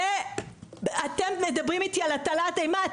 זה אתם מדברים איתי על הטלת אימה?